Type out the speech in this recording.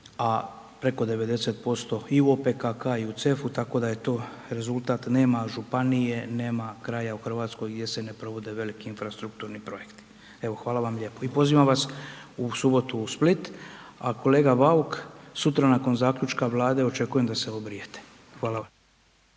a preko 90% i u OPKK-a i u CEF-u, tako da je to rezultat, nema županije, nema kraja u Hrvatskoj gdje se ne provode veliki infrastrukturni projekti. Evo hvala vam lijepo i pozivam vas u subotu u Split a kolega Bauk, sutra nakon zaključka Vlade, očekujem da se obrijete, hvala vam.